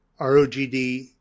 ROGD